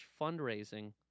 fundraising